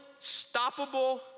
unstoppable